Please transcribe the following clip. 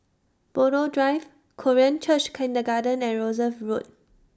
Buroh Drive Korean Church Kindergarten and Rosyth Road